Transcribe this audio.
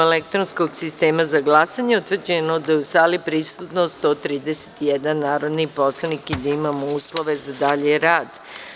elektronskog sistema za glasanje, utvrđeno da je u sali prisutan 131 narodni poslanik, i da imamo uslove za dalji rad.